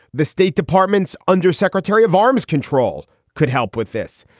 the state department's undersecretary of arms control, could help with this.